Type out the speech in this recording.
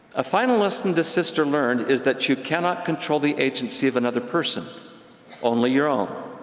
a final lesson this sister learned is that you cannot control the agency of another person only your own.